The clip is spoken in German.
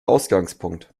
ausgangspunkt